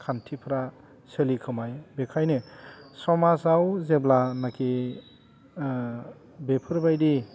खान्थिफ्रा सोलि खोमायो बेखायनो समाजाव जेब्लानाखि बेफोरबायदि